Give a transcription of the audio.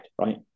right